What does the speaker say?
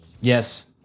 Yes